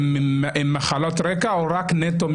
הם עם מחלות רקע, או שהם הגיעו רק מהקורונה?